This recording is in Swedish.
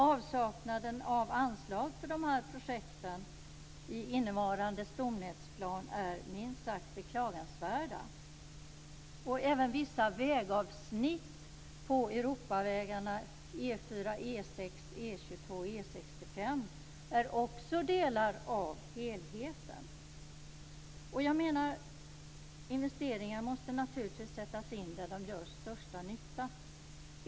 Avsaknaden av anslag till de här projekten i innevarande stomnätsplan är minst sagt beklagansvärd. E 22 och E 65 är delar av helheten. Jag menar att investeringar naturligtvis måste sättas in där de gör den största nyttan.